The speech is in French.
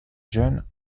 jeune